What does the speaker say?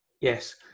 Yes